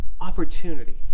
opportunity